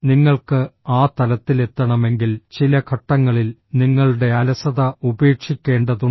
നിങ്ങൾക്ക് ആ തലത്തിലെത്തണമെങ്കിൽ ചില ഘട്ടങ്ങളിൽ നിങ്ങളുടെ അലസത ഉപേക്ഷിക്കേണ്ടതുണ്ട്